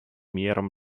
мерам